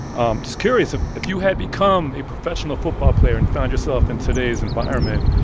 um just curious if if you had become a professional football player and found yourself in today's environment,